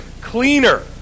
cleaner